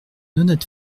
honnête